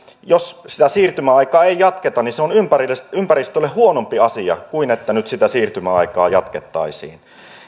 jos sitä siirtymäaikaa ei jatketa niin se on ympäristölle ympäristölle huonompi asia kuin se että nyt sitä siirtymäaikaa jatkettaisiin